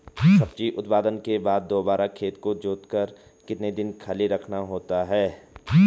सब्जी उत्पादन के बाद दोबारा खेत को जोतकर कितने दिन खाली रखना होता है?